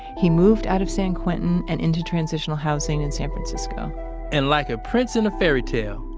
he moved out of san quentin and into transitional housing in san francisco and like a prince in a fairy tale,